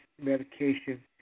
medication